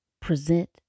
Present